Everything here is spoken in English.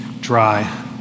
dry